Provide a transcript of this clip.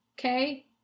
Okay